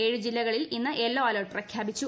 ഏഴ് ജില്ലകളിൽ ഇന്ന് യെല്ലോ അലർട്ട് പ്രഖ്യാപിച്ചു